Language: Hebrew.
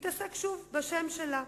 התעסק שוב בשם שלה.